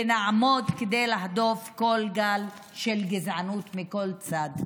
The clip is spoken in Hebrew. ונעמוד כדי להדוף כל גל של גזענות מכל צד.